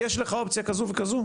יש לך אופציה כזו וכזו"?